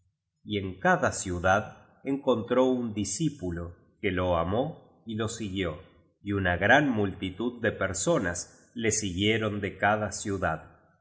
y en cada ciudad encontró un discípulo que lo amó y lo siguió y una gran multitud de personas le siguieron de cada ciudad